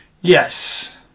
yes